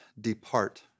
depart